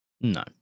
No